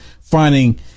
finding